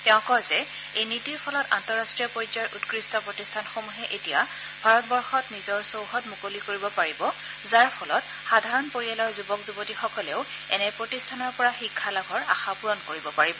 তেওঁ কয় যে এই নীতিৰ ফলত আন্তঃৰাষ্ট্ৰীয় পৰ্যায়ৰ উৎকৃষ্ট প্ৰতিষ্ঠানসমূহে এতিয়া ভাৰতবৰ্যত নিজৰ চৌহদ মুকলি কৰিব পাৰিব যাৰ ফলত সাধাৰণ পৰিয়ালৰ যুৱক যুৱতীকসকলেও এনে প্ৰতিষ্ঠানৰ পৰা শিক্ষা লাভৰ আশা পুৰণ কৰিব পাৰিব